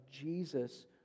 Jesus